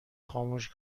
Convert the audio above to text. خاموش